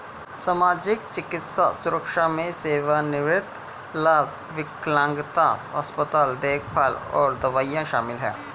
सामाजिक, चिकित्सा सुरक्षा में सेवानिवृत्ति लाभ, विकलांगता, अस्पताल देखभाल और दवाएं शामिल हैं